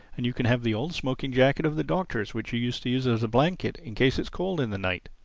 and you can have the old smoking-jacket of the doctor's which you used to use as a blanket, in case it is cold in the night.